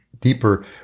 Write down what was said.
deeper